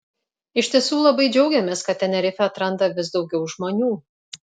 iš tiesų labai džiaugiamės kad tenerifę atranda vis daugiau žmonių